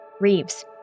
Reeves